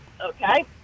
Okay